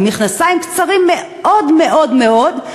עם מכנסיים קצרים מאוד מאוד מאוד,